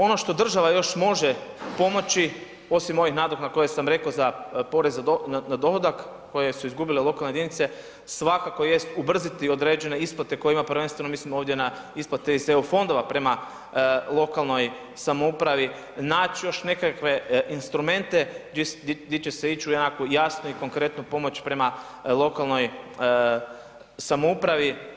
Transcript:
Ono što država još može pomoći, osim ovih … koje sam rekao za porez na dohodak koje su izgubile lokalne jedinice, svakako jest ubrzati određene isplate kojima, prvenstveno mislim ovdje na isplate iz eu fondova prema lokalnoj samoupravi, naći još nekakve instrumente gdje će se ići u nekakvu jasnu i konkretnu pomoć prema lokalnoj samoupravi.